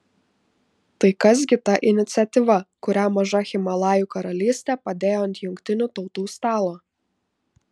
tai kas gi ta iniciatyva kurią maža himalajų karalystė padėjo ant jungtinių tautų stalo